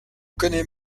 connaît